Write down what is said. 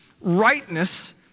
rightness